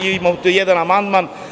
Imam tu jedan amandman.